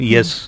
Yes